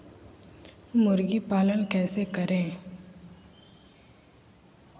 मुर्गी पालन कैसे करें?